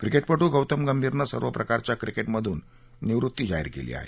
क्रिकेटपटू गौतम गंभीरनं सर्व प्रकारच्या क्रिकेटमधून निवृत्ती जाहीर केली आहे